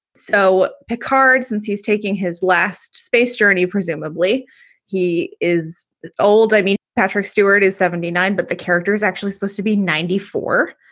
so picard, since he's taking his last space journey, presumably he is old. i mean, patrick stewart is seventy nine, but the character is actually supposed to be ninety four.